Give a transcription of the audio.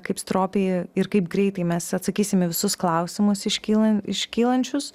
kaip stropiai ir kaip greitai mes atsakysim į visus klausimus iškyla iškylančius